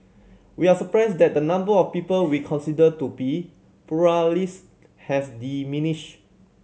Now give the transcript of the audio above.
we are surprised that the number of people we consider to be pluralist has diminished